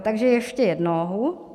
Takže ještě jednou.